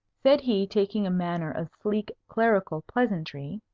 said he, taking a manner of sleek clerical pleasantry,